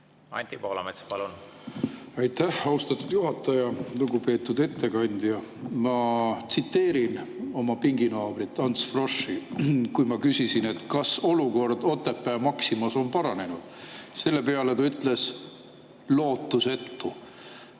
Aitäh, austatud juhataja! Lugupeetud ettekandja! Ma tsiteerin oma pinginaabrit Ants Froschi. Kui ma küsisin, kas olukord Otepää Maximas on paranenud, siis selle peale ta ütles: "Lootusetu!"